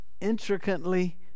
intricately